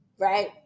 Right